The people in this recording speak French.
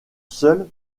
seul